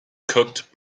cooked